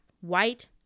white